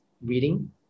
reading